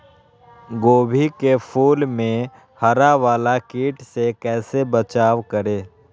गोभी के फूल मे हरा वाला कीट से कैसे बचाब करें?